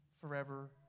forever